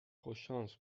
خوششانس